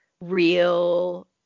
real